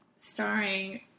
starring